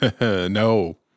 No